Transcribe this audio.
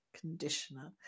conditioner